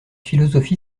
philosophie